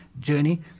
journey